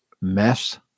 mess